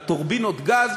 על טורבינות גז,